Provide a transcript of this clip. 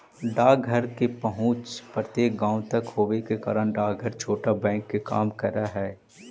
डाकघर के पहुंच प्रत्येक गांव तक होवे के कारण डाकघर छोटा बैंक के काम करऽ हइ